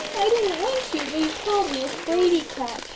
i didn't want to but he called me a fraid-cat.